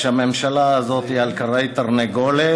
כשהממשלה הזו היא על כרעי תרנגולת,